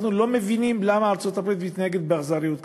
אנחנו לא מבינים למה ארצות-הברית מתנהגת באכזריות כזאת.